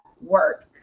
work